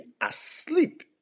asleep